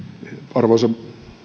arvoisa